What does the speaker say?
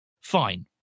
Fine